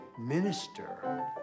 minister